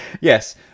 yes